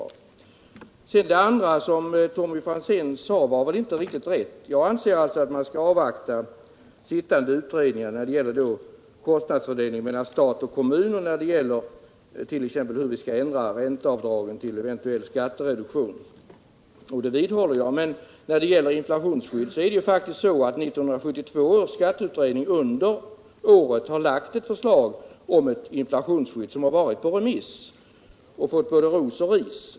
Det andra som Tommy Franzén sade var väl inte riktigt rätt. Jag anser att man skall avvakta sittande utredningar när det gäller kostnadsfördelningen mellan stat och kommun och när det gäller t.ex. hur vi skall ändra ränteavdragen till en eventuell skattereduktion. Det vidhåller jag. Men 1972 års skatteutredning har faktiskt under året framlagt ett förslag om ett inflationsskydd. Förslaget har gått på remiss och fått både ros och ris.